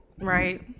Right